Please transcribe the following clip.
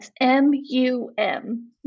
M-U-M